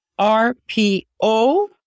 RPO